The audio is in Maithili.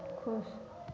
खुश